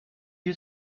you